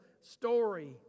story